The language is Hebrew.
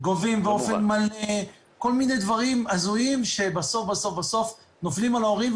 גובים באופן מלא וכל מיני דברים הזויים שבסוף נופלים על ההורים.